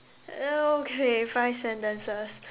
okay five sentences